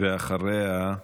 ואחריה,